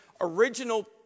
original